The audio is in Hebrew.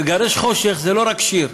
לגרש חושך זה לא רק שיר,